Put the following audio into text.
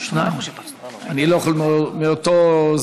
אדוני היושב-ראש, כבוד השר,